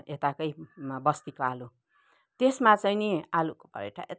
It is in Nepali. यताकै बस्तीको आलु त्यसमा चाहिँ नि आलुको परठा एक्